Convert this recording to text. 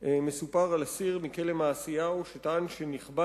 מסופר על אסיר בכלא "מעשיהו" שטען שנכבל